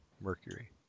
mercury